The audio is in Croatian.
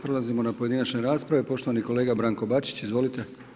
Prelazimo na pojedinačne rasprave, poštovani kolega Branko Bačić, izvolite.